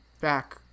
back